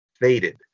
faded